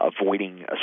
avoiding